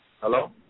Hello